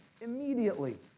immediately